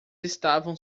estavam